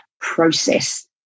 process